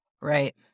Right